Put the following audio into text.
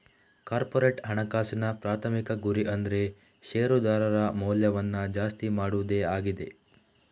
corporate ಹಣಕಾಸಿನ ಪ್ರಾಥಮಿಕ ಗುರಿ ಅಂದ್ರೆ ಶೇರುದಾರರ ಮೌಲ್ಯವನ್ನ ಜಾಸ್ತಿ ಮಾಡುದೇ ಆಗಿದೆ